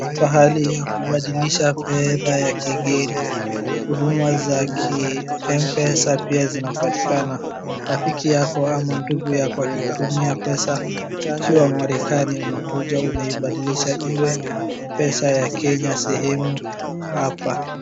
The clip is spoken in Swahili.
Pahali ya kubadilisha fedha ya kigeni. Huduma za kiM-PESA pia zinapatikana. Rafiki yako ama ndugu yako akikutumia pesa akiwa Amerikani unakuja unaibadilisha iwe pesa ya Kenya sehemu hapa.